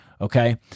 Okay